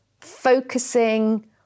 focusing